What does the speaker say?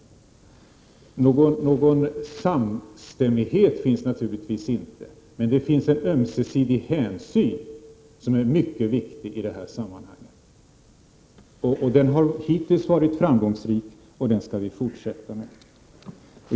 Någon samstämmighet finns naturligtvis inte, men det finns en ömsesidig hänsyn som är mycket viktig i det här sammanhanget. Denna politik har hittills varit framgångsrik, och den skall vi fortsätta med.